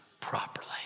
properly